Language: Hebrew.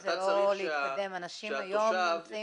אתה צריך שהתושב יסכים